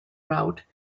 route